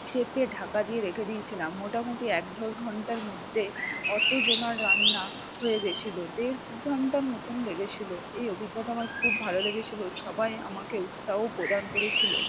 চেপে ঢাকা দিয়ে রেখে দিয়েছিলাম মোটামুটি এক দেড় ঘন্টার মধ্যে অত জনার রান্না হয়ে গিয়েছিলো দেড় ঘন্টার মতন লেগেছিলো এই অভিজ্ঞতা আমার খুব ভালো লেগেছিলো সবাই আমাকে উৎসাহ প্রদান করেছিলো